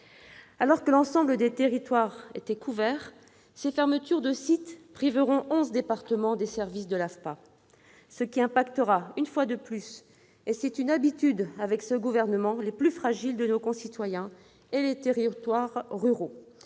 Alors que l'ensemble des territoires étaient couverts, ces fermetures de site priveront onze départements des services de l'AFPA, ce qui nuira une fois de plus- c'est une habitude avec ce gouvernement -aux plus fragiles de nos concitoyens et aux territoires ruraux.